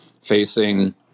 facing